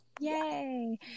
Yay